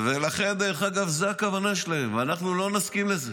זו הכוונה שלהם, ולכן אנחנו לא נסכים לזה